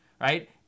right